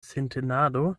sintenado